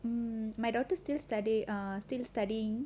mm my daughter still study ah still studying